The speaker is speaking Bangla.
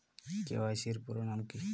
কে.ওয়াই.সি এর পুরোনাম কী?